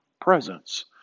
presence